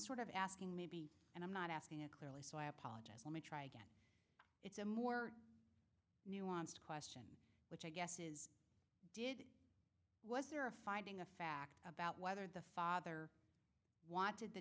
sort of asking maybe and i'm not asking a clearly so i apologize let me try again it's a more nuanced question which i guess is did was there a finding of fact about whether the father wanted the